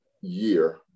year